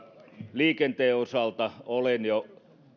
liikenteen osalta olen jo